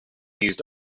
used